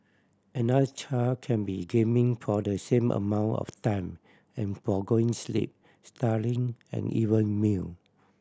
another child can be gaming for the same amount of time and forgoing sleep studying and even meal